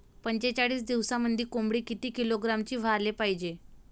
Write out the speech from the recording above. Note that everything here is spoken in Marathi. पंचेचाळीस दिवसामंदी कोंबडी किती किलोग्रॅमची व्हायले पाहीजे?